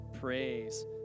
praise